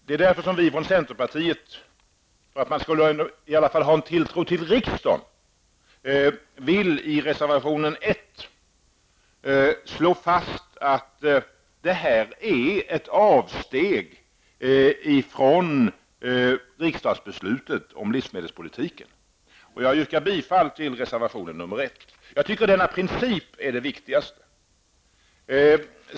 Det är därför som vi från centern, för att man i alla fall skall ha tilltro till riksdagen, vill i reservation 1 slå fast att det här är ett avsteg från riksdagsbeslutet om livsmedelspolitiken. Jag yrkar bifall till reservation 1. Jag tycker att denna princip är det viktigaste.